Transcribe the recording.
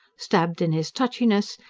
stabbed in his touchiness,